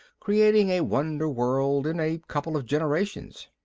creating a wonder world in a couple of generations.